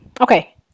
Okay